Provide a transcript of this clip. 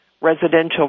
residential